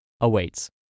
awaits